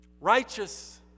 Righteous